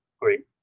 great